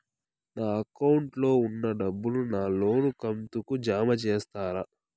నా అకౌంట్ లో ఉన్న డబ్బును నా లోను కంతు కు జామ చేస్తారా?